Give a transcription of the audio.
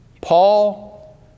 Paul